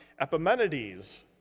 Epimenides